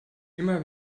immer